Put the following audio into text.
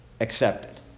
accepted